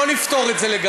לא נפתור את זה לגמרי,